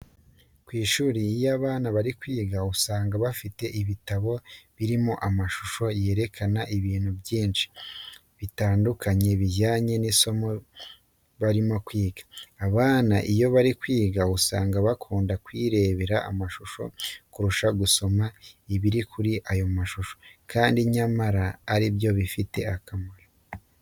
Ku ishuri iyo abana bari kwiga, usanga bafite ibitabo birimo amashusho yerekana ibintu byinshi bitandukanye bijyanye n'isomo barimo kwiga. Abana iyo bari kwiga usanga bakunda kwirebera amashusho kuruta gusoma ibiri kuri ayo mashusho, kandi nyamara ari byo bifite akamaro.